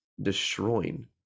Destroying